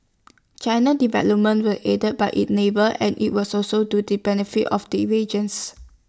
China development were aided by IT neighbour and IT was also to the benefit of the regions